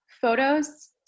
photos